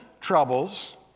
troubles